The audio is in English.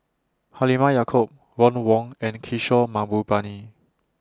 Halimah Yacob Ron Wong and Kishore Mahbubani